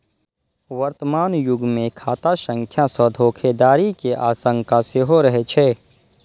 वर्तमान युग मे खाता संख्या सं धोखाधड़ी के आशंका सेहो रहै छै